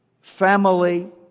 family